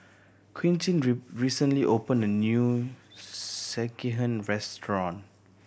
Quintin recently opened a new Sekihan restaurant